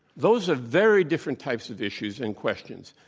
those are very different types of issues and questions.